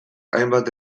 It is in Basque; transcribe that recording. hainbat